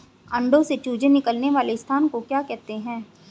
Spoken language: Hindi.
अंडों से चूजे निकलने वाले स्थान को क्या कहते हैं?